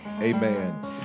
amen